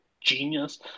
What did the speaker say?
genius